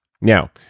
Now